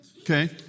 Okay